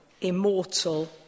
Immortal